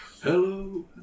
Hello